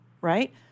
right